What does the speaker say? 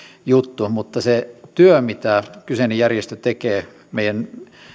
juttu mutta se työ mitä kyseinen järjestö tekee meidän